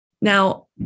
Now